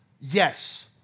Yes